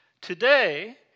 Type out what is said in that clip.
Today